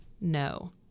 No